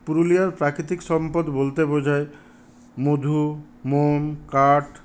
পুরুলিয়ার প্রাকৃতিক সম্পদ বলতে বোঝায় মধু মোম কাঠ